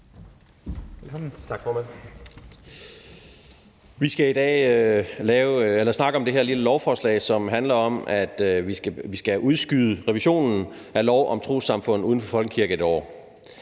Vi skal i dag snakke om det her lille lovforslag, som handler om, at vi skal udskyde revisionen af lov om trossamfund uden for folkekirken et år.